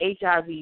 HIV